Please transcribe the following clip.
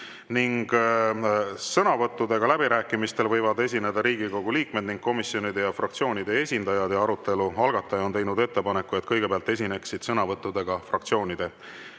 küsimust. Sõnavõttudega läbirääkimistel võivad esineda Riigikogu liikmed ning komisjonide ja fraktsioonide esindajad. Arutelu algataja on teinud ettepaneku, et kõigepealt esineksid sõnavõttudega fraktsioonide